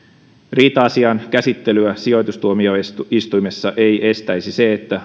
riita asian käsittelyä sijoitustuomioistuimessa ei estäisi se että